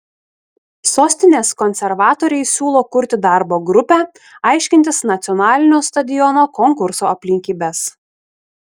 sostinės konservatoriai siūlo kurti darbo grupę aiškintis nacionalinio stadiono konkurso aplinkybes